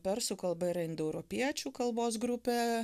persų kalba yra indoeuropiečių kalbos grupė